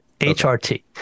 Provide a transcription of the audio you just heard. HRT